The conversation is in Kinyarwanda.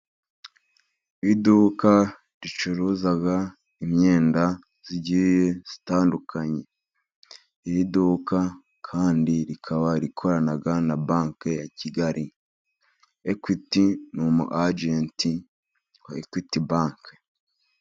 Iduka ricuruza imyenda igiye itandukanye. Iri duka kandi rikaba rikorana na Banki ya Kigali. Equity ni umu ajenti wa Equity Bank.